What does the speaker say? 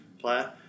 player